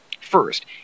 First